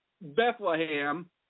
Bethlehem